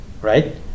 right